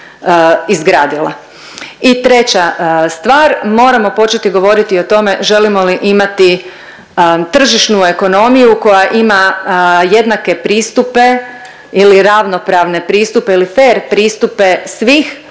I treća stvar, moramo početi govoriti o tome želimo li imati tržišnu ekonomiju koja ima jednake pristupe ili ravnopravne pristupe ili fer pristupe svih